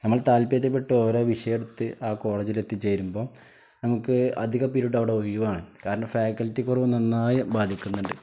നമ്മൾ താല്പര്യപ്പെട്ട് ഓരോ വിഷയമെടുത്ത് ആ കോളേജിലെത്തിച്ചേരുമ്പോള് നമുക്ക് അധികം പീരീഡും അവിടെ ഒഴിവാണ് കാരണം ഫാക്കൽറ്റിക്കുറവ് നന്നായി ബാധിക്കുന്നുണ്ട്